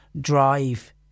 drive